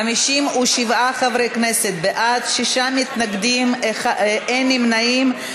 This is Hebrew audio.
57 חברי כנסת בעד, שישה מתנגדים, אין נמנעים.